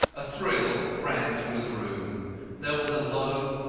a thrill ran through the room there was a low,